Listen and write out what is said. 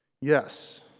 Yes